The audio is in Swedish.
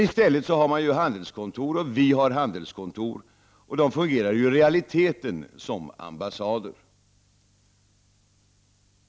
I stället har man handelskontor och vi har handelskontor, och de fungerar i realiteten som ambassader.